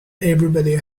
everybody